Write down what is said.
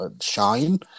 shine